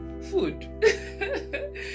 Food